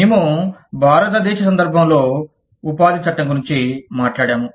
మేము భారతదేశ సందర్భంలో ఉపాధి చట్టం గురించి మాట్లాడాము